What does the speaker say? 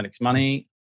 Money